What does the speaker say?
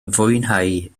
fwynhau